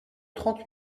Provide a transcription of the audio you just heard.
trente